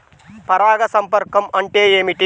పరాగ సంపర్కం అంటే ఏమిటి?